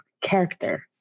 character